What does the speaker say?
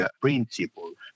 principles